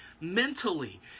mentally